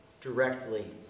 directly